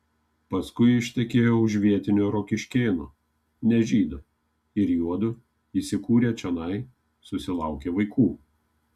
paskui ištekėjo už vietinio rokiškėno ne žydo ir juodu įsikūrę čionai susilaukė vaikų